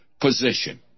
position